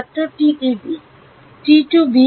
ছাত্র টি টি b